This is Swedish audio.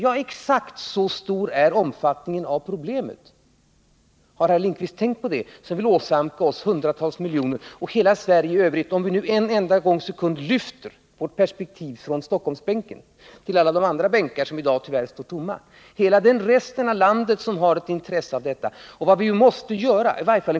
Ja, exakt så stor är omfattningen av problemet. Har herr Lindkvist tänkt på det? Har han tänkt på att han vill åsamka oss och Sverige i övrigt kostnader på hundratals miljoner — om vi nu en gång lyfter blicken från Stockholmsbänken till ett perspektiv över alla de andra bänkarna, som i dag tyvärr står tomma? Också resten av landet har ju intresse av vad vi gör.